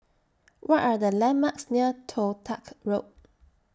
What Are The landmarks near Toh Tuck Road